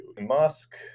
Musk